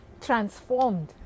transformed